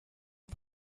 und